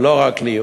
ולא רק לי,